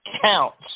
counts